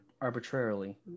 Arbitrarily